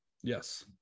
Yes